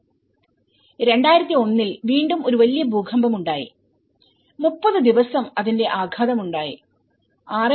2001 ൽ വീണ്ടും ഒരു വലിയ ഭൂകമ്പം ഉണ്ടായി 30 ദിവസം അതിന്റെ ആഘാതം ഉണ്ടായി 6